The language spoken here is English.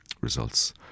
results